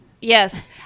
Yes